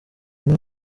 umwe